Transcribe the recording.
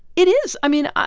it is. i mean,